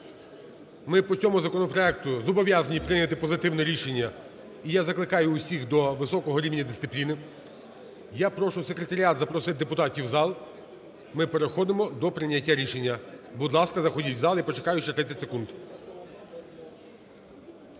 Ми по цьому законопроекту зобов'язані прийняти позитивне рішення, і я закликаю усіх до високого рівня дисципліни. Я прошу секретаріат запросити депутатів в зал, ми переходимо до прийняття рішення. Будь ласка, заходьте в зал, я почекаю ще 30 секунд.